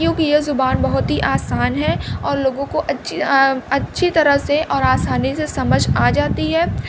کیونکہ یہ زبان بہت ہی آسان ہے اور لوگوں کو اچھی اچھی طرح سے اور آسانی سے سمجھ آ جاتی ہے